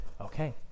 Okay